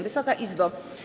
Wysoka Izbo!